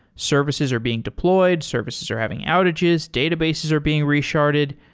services are being deployed. services are having outages. databases are being resharded.